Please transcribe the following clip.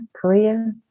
Korea